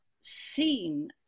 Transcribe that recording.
seen